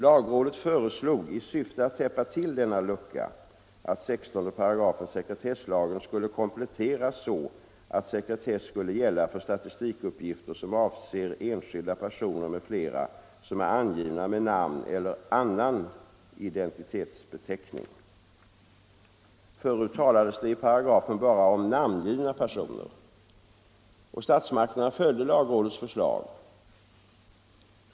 Lagrådet föreslog i syfte att täppa till denna lucka att 16 8 sekretesslagen skulle kompletteras så att sekretess skulle gälla för statistikuppgifter som avser enskilda personer m.fl. som är angivna med namn eller annan identitetsbeteckning. Förut talades det i paragrafen Statsmakterna följde lagrådets förslag.